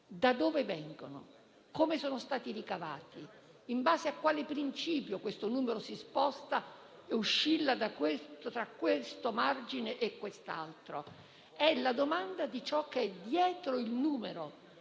da dove vengono? Come sono stati ricavati? In base a quale principio questo numero si sposta e oscilla tra un margine e l'altro? La domanda su ciò che è dietro il numero